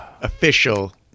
official